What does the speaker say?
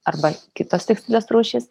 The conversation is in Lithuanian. arba kitos tekstilės rūšys